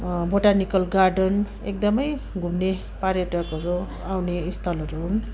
botanical garden एकदमै घुम्ने पर्यटकहरू आउने स्थलहरू हुन्